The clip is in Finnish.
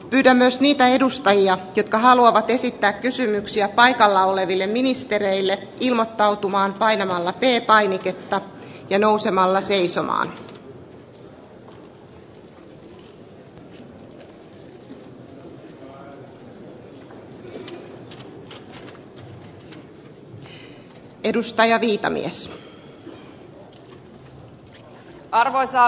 pyydän myös niitä edustajia jotka haluavat esittää kysymyksiä paikalla oleville ministereille ilmoittautumaan painamalla kertaa jotta ja nousemalla se arvoisa rouva puhemies